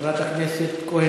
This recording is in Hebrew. חבר הכנסת שלח,